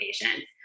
patients